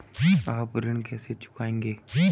आप ऋण कैसे चुकाएंगे?